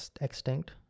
extinct